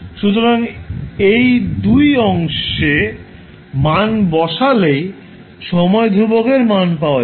সুতরাং এই 2 অংশে মান বসালেই সময় ধ্রুবক এর মান পাওয়া যাবে